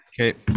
okay